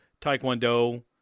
Taekwondo